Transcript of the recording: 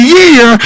year